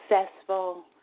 successful